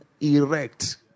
erect